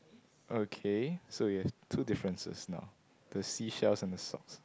okay so you have two differences now the seashells and the socks